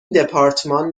دپارتمان